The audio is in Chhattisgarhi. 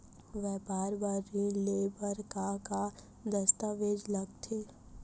व्यापार बर ऋण ले बर का का दस्तावेज लगथे?